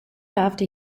after